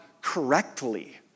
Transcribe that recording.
correctly